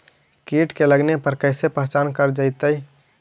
कीट के लगने पर कैसे पहचान कर जयतय?